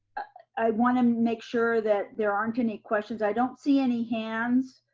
i wanna make sure that there aren't any questions. i don't see any hands,